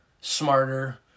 smarter